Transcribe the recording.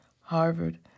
Harvard